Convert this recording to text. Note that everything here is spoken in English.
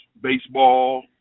baseball